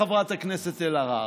חברת הכנסת אלהרר.